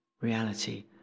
reality